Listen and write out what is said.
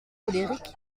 colériques